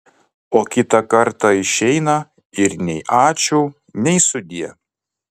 o kitą kartą išeina ir nei ačiū nei sudie